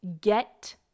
get